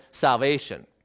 salvation